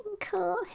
cool